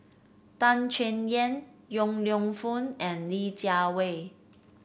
Tan Chay Yan Yong Lew Foong and Li Jiawei